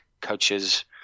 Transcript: coaches